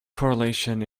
correlation